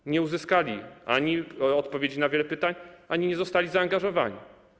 Ani nie uzyskali odpowiedzi na wiele pytań, ani nie zostali zaangażowani.